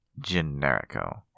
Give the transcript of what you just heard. Generico